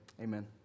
Amen